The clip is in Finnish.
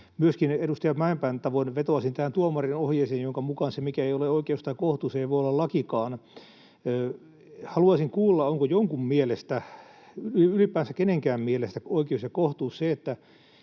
Myöskin edustaja Mäenpään tavoin vetoaisin tähän tuomarin ohjeeseen, jonka mukaan se, mikä ei ole oikeus tai kohtuus, ei voi olla lakikaan. Haluaisin kuulla, onko jonkun mielestä, ylipäänsä kenenkään mielestä oikeus ja kohtuus se,